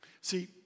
See